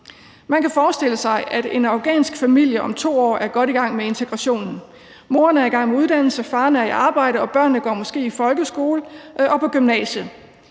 Man kan forestille sig, at en afghansk familie om 2 år er godt i gang med integrationen. Moren er i gang med uddannelse, faren er i arbejde, og børnene går måske i folkeskole og på gymnasiet.